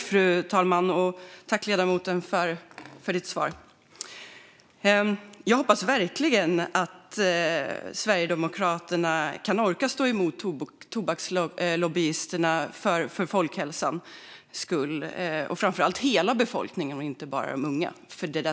Fru talman! Jag tackar ledamoten för svaret. Jag hoppas verkligen att Sverigedemokraterna orkar stå emot tobakslobbyisterna, inte bara för de ungas utan för hela befolkningens skull.